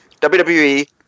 WWE